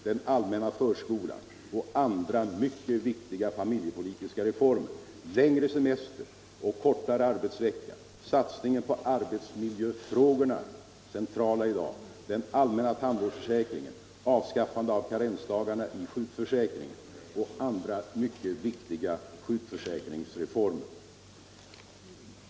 Den allmänna förskolan och andra viktiga familjepolitiska reformer. Längre semester och kortare arbetsvecka. Satsningen på arbetsmiljöfrågorna — centrala i dag då det gäller arbetslivets förnyelse. Den allmänna tandvårdsförsäkringen. Avskaffande av karensdagarna i sjukförsäkringen och andra viktiga sjukförsäkringsreformer.